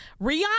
rihanna